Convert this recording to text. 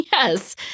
Yes